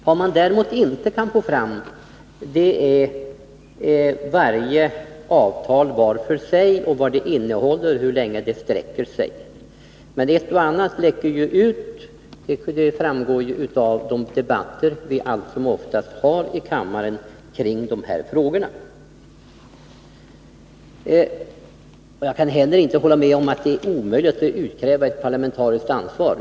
Vad man däremot inte kan få fram är varje avtal för sig — vad det innehåller och hur länge det gäller. Men ett och annat läcker ju ut — det framgår av de debatter som vi allt som oftast har i kammaren kring dessa frågor. Jag kan inte hålla med om att det är omöjligt att utkräva ett parlamentariskt ansvar.